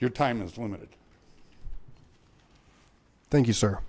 your time is limited thank you sir